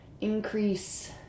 increase